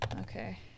Okay